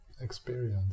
experience